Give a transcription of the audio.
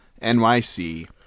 NYC